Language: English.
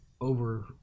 over